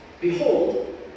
Behold